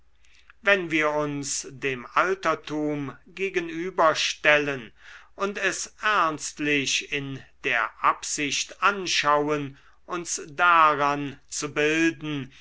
wenn wir uns dem altertum gegenüberstellen und es ernstlich in der absicht anschauen uns daran zu bilden